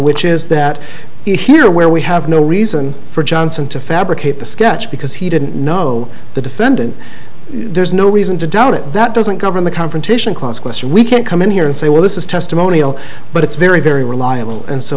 which is that here where we have no reason for johnson to fabricate the sketch because he didn't know the defendant there's no reason to doubt it that doesn't govern the confrontation clause question we can't come in here and say well this is testimonial but it's very very reliable and so